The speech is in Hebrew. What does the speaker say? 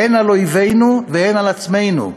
הן על אויבינו והן על עצמנו,